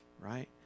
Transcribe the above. Right